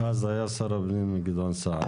יש הבדל בין אנשים שיושבים על אדמתם לאנשים שמתנחלים בה.